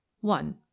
one